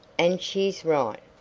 and she's right.